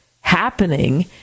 happening